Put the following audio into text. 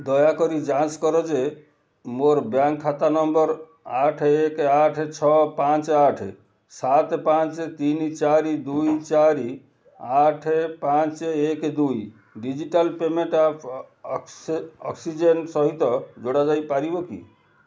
ଦୟାକରି ଯାଞ୍ଚ କର ଯେ ମୋର ବ୍ୟାଙ୍କ୍ ଖାତା ନମ୍ବର୍ ଆଠ ଏକ ଆଠ ଛଅ ପାଞ୍ଚ ଆଠ ସାତ ପାଞ୍ଚ ତିନି ଚାରି ଦୁଇ ଚାରି ଆଠ ପାଞ୍ଚ ଏକ ଦୁଇ ଡିଜିଟାଲ୍ ପେମେଣ୍ଟ୍ ଆପ୍ ଅକ୍ସିଜେନ୍ ସହିତ ଯୋଡ଼ା ଯାଇପାରିବ କି